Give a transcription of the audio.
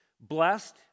Blessed